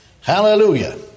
Hallelujah